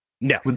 No